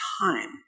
time